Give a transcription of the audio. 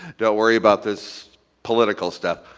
don't worry about this political step,